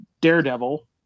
daredevil